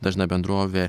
dažna bendrovė